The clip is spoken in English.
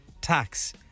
tax